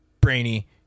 Brainy